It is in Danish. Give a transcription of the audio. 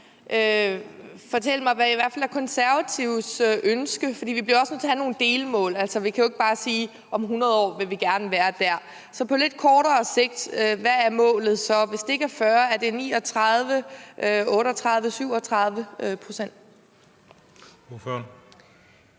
fortælle mig, hvad der i hvert fald er Konservatives ønske? For vi bliver også nødt til at have nogle delmål. Vi kan jo ikke bare sige, at om 100 år vil vi gerne være der. Så på lidt kortere sigt: Hvad er målet så? Hvis det ikke er 40, er det 39, 38, 37 pct.?